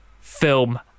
film